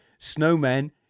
snowmen